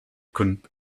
could